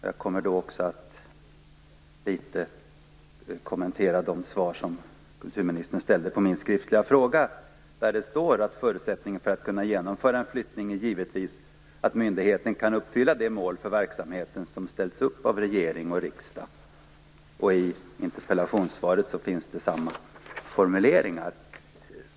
Jag kommer också att något kommentera de svar som kulturministern gav på min skriftliga fråga, där det står att förutsättningen för att genomföra en flytt givetvis är att myndigheten kan uppfylla det mål för verksamheten som ställts upp av regering och riksdag. I interpellationssvaret finns samma formuleringar.